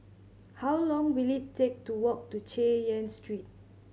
how long will it take to walk to Chay Yan Street